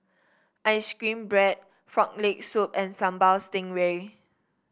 ice cream bread Frog Leg Soup and Sambal Stingray